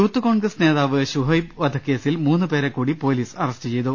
youth Congress നേതാവ് ശുഹൈബ് വധക്കേസിൽ മൂന്നുപേ രെക്കൂടി പോലീസ് അറസ്റ്റ് ചെയ്തു